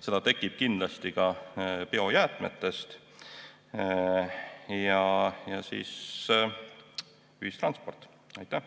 Seda tekib kindlasti ka biojäätmetest. Ja siis ühistransport. Aitäh!